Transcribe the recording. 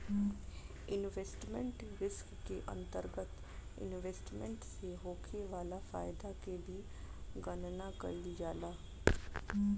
investment risk के अंतरगत investment से होखे वाला फायदा के भी गनना कईल जाला